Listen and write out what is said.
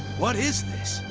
what is this?